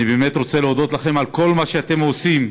ירושלים,